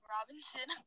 Robinson